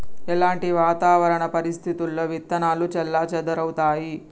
ఎలాంటి వాతావరణ పరిస్థితుల్లో విత్తనాలు చెల్లాచెదరవుతయీ?